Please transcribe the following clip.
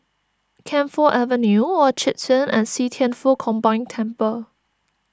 Camphor Avenue Orchard Turn and See Thian Foh Combined Temple